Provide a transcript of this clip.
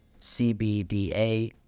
CBDA